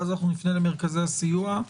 ואז נפנה אל מרכזי הסיוע.